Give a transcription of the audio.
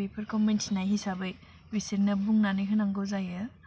बेफोरखौ मोनथिनाय हिसाबै बिसोरनो बुंनानै होनांगौ जायो